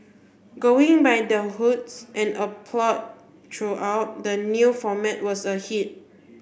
going by the hoots and applaud throughout the new format was a hit